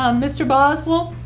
um mr. boswell.